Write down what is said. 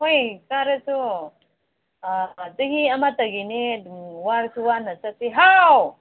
ꯍꯣꯏ ꯀꯥꯔꯁꯨ ꯆꯍꯤ ꯑꯃꯇꯒꯤꯅꯦ ꯑꯗꯨꯝ ꯋꯥꯔꯁꯨ ꯋꯥꯅ ꯆꯠꯁꯤ ꯍꯥꯎ